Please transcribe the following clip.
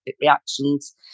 reactions